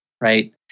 right